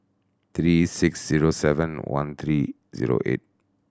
three six zero seven one three zero eight